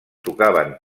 tocaven